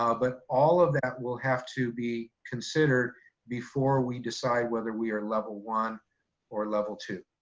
ah but all of that will have to be considered before we decide whether we are level one or level two.